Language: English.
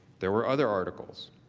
there were other articles,